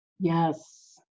Yes